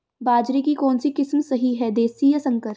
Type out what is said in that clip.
बाजरे की कौनसी किस्म सही हैं देशी या संकर?